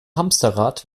hamsterrad